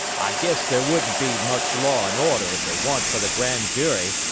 i guess there wouldn't be much law and order if it wa'n't for the grand jury.